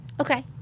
Okay